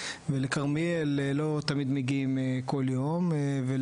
ולכרמיאל לא תמיד מגיעים כל יום,